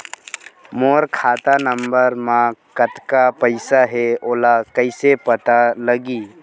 मोर खाता नंबर मा कतका पईसा हे ओला कइसे पता लगी?